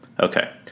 Okay